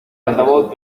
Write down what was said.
altavoz